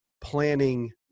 planning